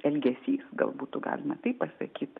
elgesys gal būtų galima taip pasakyt